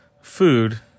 food